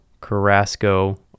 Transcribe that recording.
Carrasco